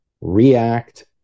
react